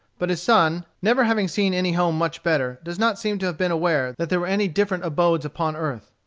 but his son, never having seen any home much better, does not seem to have been aware that there were any different abodes upon earth.